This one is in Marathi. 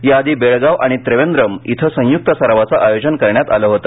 याआधी बेळगाव आणि त्रिवेंद्रम इथं संयुक्त सरावाचं आयोजन करण्यात आलं होते